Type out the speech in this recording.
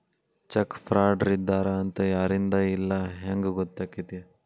Check ಫ್ರಾಡರಿದ್ದಾರ ಅಂತ ಯಾರಿಂದಾ ಇಲ್ಲಾ ಹೆಂಗ್ ಗೊತ್ತಕ್ಕೇತಿ?